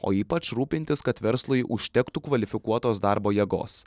o ypač rūpintis kad verslui užtektų kvalifikuotos darbo jėgos